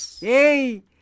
Hey